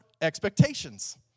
expectations